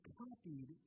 copied